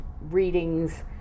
readings